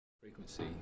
Frequency